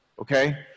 okay